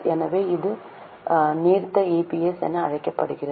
எனவே இது நீர்த்த இபிஎஸ் என அழைக்கப்படுகிறது